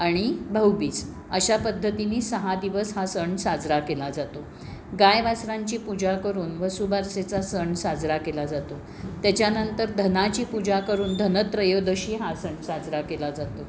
आणि भाऊबीज अशा पद्धतीने सहा दिवस हा सण साजरा केला जातो गाई वासरांची पूजा करून वसुबारसेचा सण साजरा केला जातो त्याच्यानंतर धनाची पूजा करून धनत्रयोदशी हा सण साजरा केला जातो